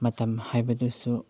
ꯃꯇꯝ ꯍꯥꯏꯕꯗꯨꯁꯨ